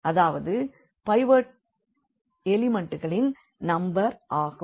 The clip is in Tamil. அதாவது பைவோட் எலிமண்ட்டுகளின் நம்பர் ஆகும்